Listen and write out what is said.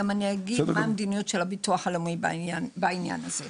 אני גם אומר מה המדיניות של הביטוח הלאומי בנושא הזה.